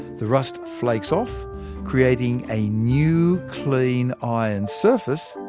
the rust flakes off creating a new clean iron surface,